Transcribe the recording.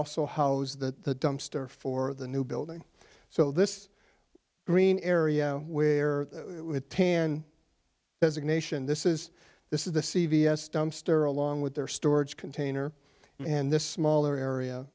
also how's that the dumpster for the new building so this green area where tan designation this is this is the c v s dumpster along with their storage container and this smaller area